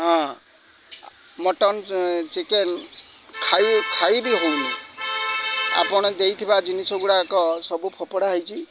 ହଁ mutton chicken ଖାଇ ଖାଇ ବି ହଉନି ଆପଣ ଦେଇଥିବା ଜିନିଷ ଗୁଡ଼ାକ ସବୁ ଫୋପଡ଼ା ହେଇଛି